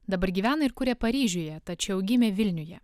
dabar gyvena ir kuria paryžiuje tačiau gimė vilniuje